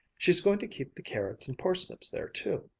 she's going to keep the carrots and parsnips there too.